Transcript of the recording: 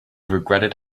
regretted